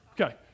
Okay